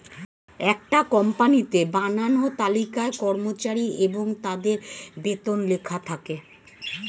একটা কোম্পানিতে বানানো তালিকায় কর্মচারী এবং তাদের বেতন লেখা থাকে